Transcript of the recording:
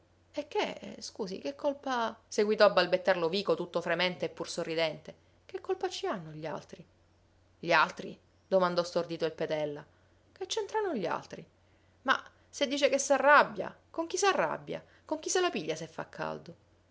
e che scusi che colpa seguitò a balbettar lovico tutto fremente e pur sorridente che colpa ci hanno gli altri gli altri domandò stordito il petella che c'entrano gli altri ma se dice che s'arrabbia con chi s'arrabbia con chi se la piglia se fa caldo